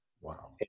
Wow